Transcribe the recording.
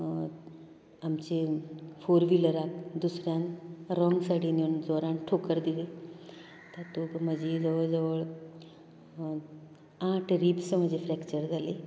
आमचे फॉर व्हिलराक दुसऱ्यान रॉंन्ग सायडीन येवन जोरान ठोकर दिली तातूंत म्हाजी जवळ जवळ आठ रिब्सां म्हजीं फ्रेक्चर जाली